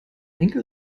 enkel